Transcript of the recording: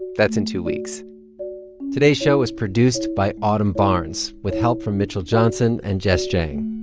that's in two weeks today's show was produced by autumn barnes with help from mitchell johnson and jess jiang.